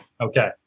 Okay